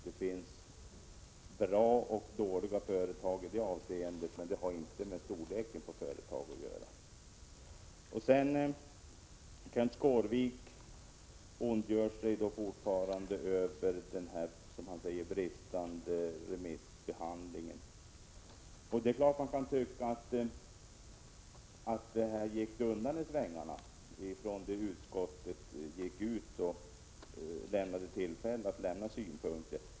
Det finns bra och dåliga företag i det avseendet, men det har inte med storleken på företagen att göra. Kenth Skårvik ondgör sig över den enligt hans bedömning bristande remissbehandlingen. Det är klart att man kan tycka att det gick undan i svängarna från det att utskottet tog initiativ till att synpunkter fick lämnas.